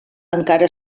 encara